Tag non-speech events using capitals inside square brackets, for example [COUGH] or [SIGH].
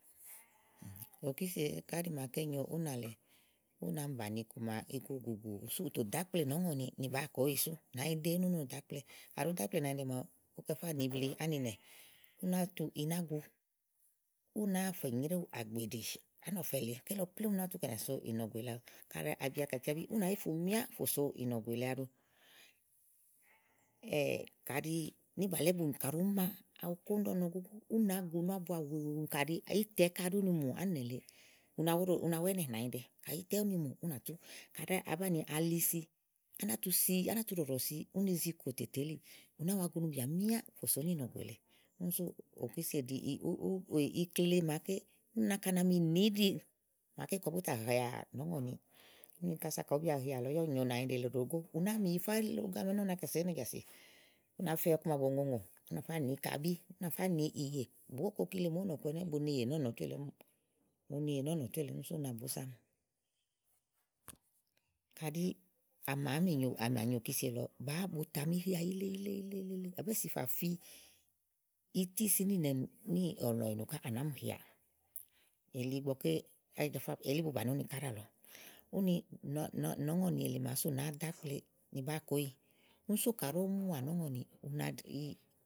òkísie ká ɖí màa ké nyo únà lèe, ú na bàni iku gùgùù sú ù tò dò ákple nɔ̀ɔ́ŋɔ̀ni, ni bàá kòéyi sú. Nànyide ú no dò ákple. Kàɖi ùú do ákple nànyide màawu, ùú kɛ fáà ni ibli ánìnɛ̀, náa náa tu inágu, únáa fe nyréwu àgbèɖi ánɔ̀fɛ lèe ké lɔ plém ú na tu kɛ̀ nìà so ìnɔ̀gù èle awu, kàɖi à bi àkàciabí ú nàá yi fùnù míá fò so ìnɔ̀gù èle aɖu [HESITATION] kàɖi ùú ma aɖu kóŋ dú ɔnɔ, ú náa gunu ábu gù, kàɖi ítɛ kaɖi úni mù ánìnɛ̀ lèe u na wa óɖó, u na wa inɛ̀ nànyide àyi kàyi ítɛ úni mù únàtú káɖi àá bàni ali si à nà tú si, a ná tu ɖɔ̀ɖɔ̀ si, ùni zi kòtètè eli, ù nà wa gunubíà míá fò so níìnɔgù èle ú sú òkísie ɖìi ikle màa Ké ú nàka na mi nì íɖì màaké kɔ bú tà nìià nɔ̀ɔ́ŋɔ̀ni. Kása kɔ bú bí ayià àlɔ yá ù nyo nànyiɖe lèe ɖòo gó, ù na mi yifá ílogo ami ɛnɛ́ ú nàá kɛ́ so ɔ̀nàjàsì ùú nà fe ɔku màa bòo ŋo ùŋò, ú nà fáà ni ikabí ú nàfá nìi ìyè. Bù wó ko kile mù ówò nɔ̀ku ɛnɛ́ buni ìyè nɔ́ɔ̀ nɔ tú sú u na bù ù sam. Kàɖi àmà mi nyò àmà nyò òkísie lɔ bù tà mi nià yìile yìile yìile, è bèe si fà fi ití si níìnɛnù níì ɔ̀lɔ̃ ènù káèè àná mí nià, èli ígbɔké Ajafa elí bu bàni úni ka dálɔ, úni ŋɔ̀ɔ́ŋŋɔ̀ɔ́ŋŋɔ̀ɔ́ŋɔ̀ni èle màa sú ù ná dakple ni bàá kòéyi mù sú kà ɖòo mù awu mu mà mi. [UNINTELLIGIBLE]